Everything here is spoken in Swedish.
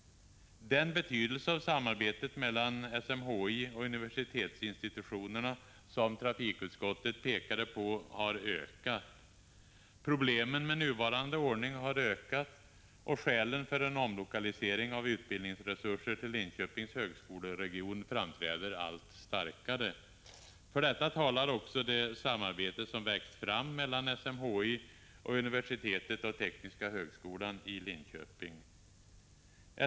Den betydelse av samarbetet mellan SMHI och universitetsinstitutionerna som trafikutskottet pekade på har ökat. Problemen med nuvarande ordning har ökat, och skälen för en omlokalisering av utbildningsresurser till Linköpings högskoleregion framträder allt starkare. För detta talar också det samarbete som växt fram mellan SMHI och universitetet och tekniska högskolan i Linköping.